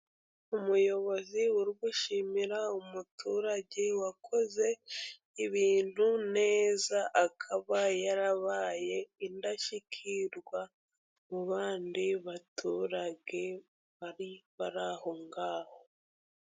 Umuyobozi uri gushimira umuturage wakoze ibintu neza, akaba yarabaye indashyikirwa mu bandi baturage bari bari aho ngaho.